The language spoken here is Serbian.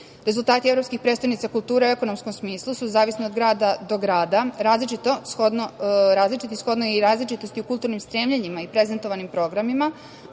„Evropskih prestonica kulture“ u ekonomskom smislu su zavisno od grada do grada različiti, shodno i različitosti u kulturnim stremljenjima i prezentovanim programima,